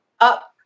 up